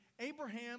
Abraham